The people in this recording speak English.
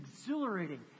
exhilarating